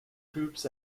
groups